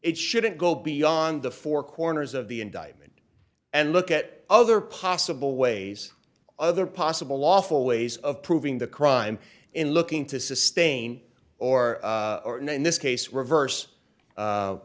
it shouldn't go beyond the four corners of the indictment and look at other possible ways other possible lawful ways of proving the crime in looking to sustain or in this case reverse